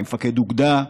כמפקד אוגדה,